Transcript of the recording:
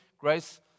Grace